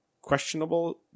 questionable